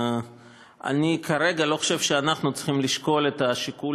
אני כרגע לא חושב שאנחנו צריכים לשקול את השיקול